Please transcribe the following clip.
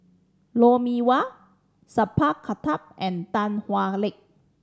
Lou Mee Wah Sat Pal Khattar and Tan Hwa Luck